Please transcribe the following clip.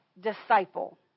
disciple